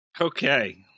Okay